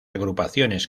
agrupaciones